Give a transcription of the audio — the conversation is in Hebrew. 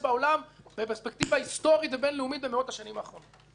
בפרספקטיבה היסטורית ובין-לאומית במאות השנים האחרונות,